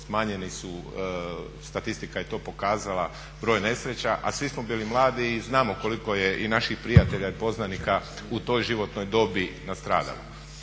Smanjeni su statistika je to pokazala, broj nesreća, a svi smo bili mladi i znamo koliko je i naših prijatelja i poznanika u toj životnoj dobi nastradalo.